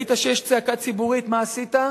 ראית שיש צעקה ציבורית, מה עשית?